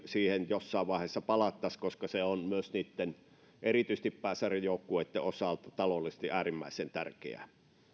siihen jossain vaiheessa palattaisiin koska se on erityisesti pääsarjajoukkueitten osalta taloudellisesti äärimmäisen tärkeää